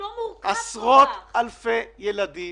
עשרות אלפי ילדים